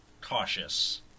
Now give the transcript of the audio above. cautious